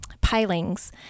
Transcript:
pilings